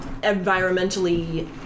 environmentally